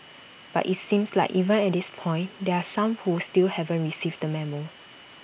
but IT seems like even at this point there are some who still haven't received the memo